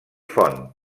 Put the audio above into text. font